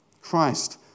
Christ